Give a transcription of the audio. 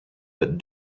but